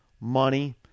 money